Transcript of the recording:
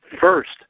first